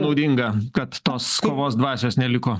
naudinga kad tos kovos dvasios neliko